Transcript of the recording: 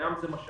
הים זה משאב.